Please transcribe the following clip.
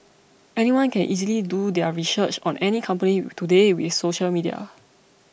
anyone can easily do their research on any company today with social media